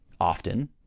often